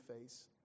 face